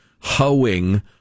hoeing